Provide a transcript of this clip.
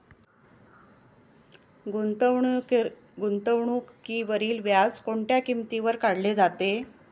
गुंतवणुकीवरील व्याज कोणत्या किमतीवर काढले जाते?